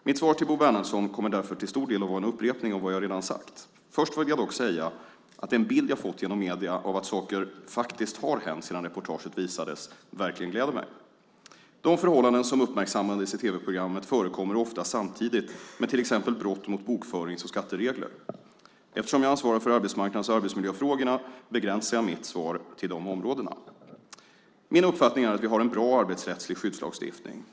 Mitt svar till Bo Bernhardsson kommer därför att till stor del vara en upprepning av vad jag redan sagt. Först vill jag dock säga att den bild jag fått genom medierna av att saker faktiskt har hänt sedan reportaget visades verkligen gläder mig! De förhållanden som uppmärksammades i tv-programmet förekommer ofta samtidigt med till exempel brott mot bokförings och skatteregler. Eftersom jag ansvarar för arbetsmarknads och arbetsmiljöfrågorna begränsar jag mitt svar till de områdena. Min uppfattning är att vi har en bra arbetsrättslig skyddslagstiftning.